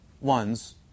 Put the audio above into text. ones